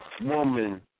Woman